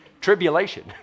Tribulation